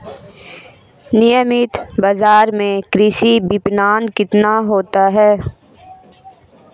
नियमित बाज़ार में कृषि विपणन कितना होता है?